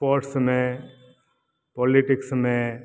sports में politics में